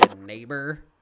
neighbor